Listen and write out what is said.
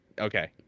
okay